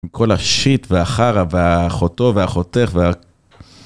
עם כל השיט, והחרא, והאחותו, והאחותך, וה...